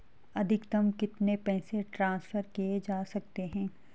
अधिकतम कितने पैसे ट्रांसफर किये जा सकते हैं?